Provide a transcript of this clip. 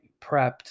prepped